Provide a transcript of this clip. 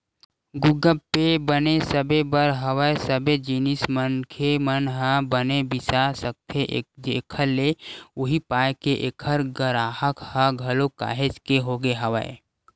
गुगप पे बने सबे बर हवय सबे जिनिस मनखे मन ह बने बिसा सकथे एखर ले उहीं पाय के ऐखर गराहक ह घलोक काहेच के होगे हवय